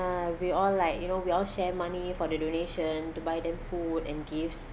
uh we all like you know we all share money for the donation to buy them food and gifts